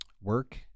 work